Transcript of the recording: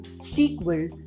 sequel